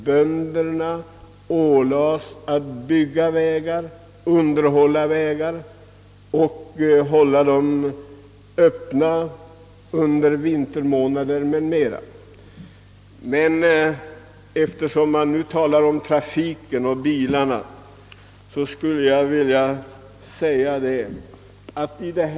Bönderna ålades att bygga vägar, underhålla dem och hålla dem farbara under vinterförhållanden m.m. Bolagen talar i dag om det vägslitage som biltrafiken medför.